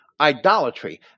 idolatry